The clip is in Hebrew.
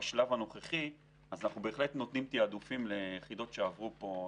בשלב הנוכחי אנחנו מתעדפים יחידות שעברו פה.